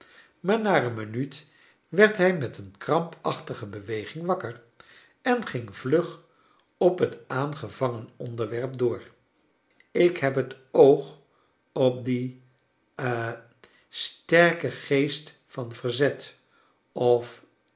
maar na een minuut werd hij met een krampachtige beweging wakker en ging vlug op het aangevangen onderwerp door ik heb het oog op dien ha sterken geest van verzet of